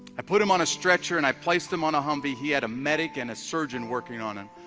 i put him on a stretcher and i placed him on a? humvee, he had a medic and a surgeon working on him,